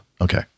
okay